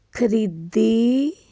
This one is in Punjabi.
ਖਰੀਦੀ